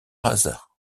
hasard